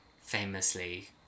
famously